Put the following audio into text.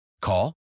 Call